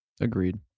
Agreed